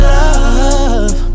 love